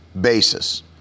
basis